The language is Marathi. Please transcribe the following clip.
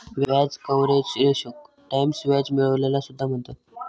व्याज कव्हरेज रेशोक टाईम्स व्याज मिळविलेला सुद्धा म्हणतत